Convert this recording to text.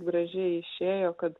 gražiai išėjo kad